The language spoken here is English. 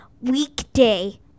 weekday